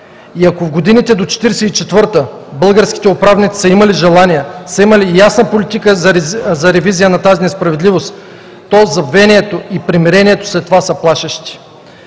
Ако в годините до 1944 г. българските управници са имали желание, имали са ясна политика за ревизия на тази несправедливост, то забвението и примирението след това са плашещи.